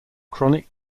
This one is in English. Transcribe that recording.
chronic